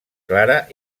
clara